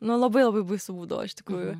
nu labai labai baisu būdavo iš tikrųjų